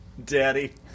daddy